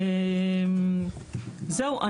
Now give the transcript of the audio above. זהו.